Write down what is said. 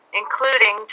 including